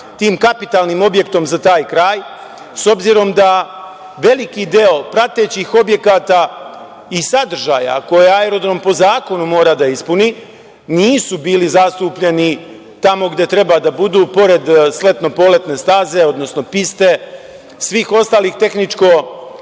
tim kapitalnim objektom za taj kraj.S obzirom da veliki deo pratećih objekata i sadržaja koji aerodrom po zakonu mora da ispuni, nisu bili zastupljeni tamo gde treba da budu, pored sletno-poletne staze, odnosno piste, svih ostalih tehničkih